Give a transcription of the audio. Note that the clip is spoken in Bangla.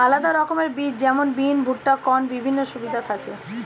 আলাদা রকমের বীজ যেমন বিন, ভুট্টা, কর্নের বিভিন্ন সুবিধা থাকি